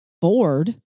bored